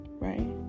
Right